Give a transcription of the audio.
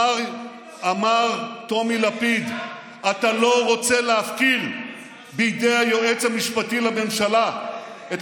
אמר טומי לפיד: אתה לא רוצה להפקיר בידי היועץ המשפטי לממשלה "את